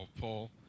Paul